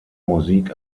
musik